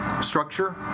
structure